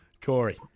Corey